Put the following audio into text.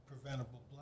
preventable